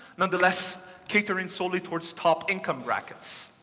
nonetheless catering solely towards top-income brackets.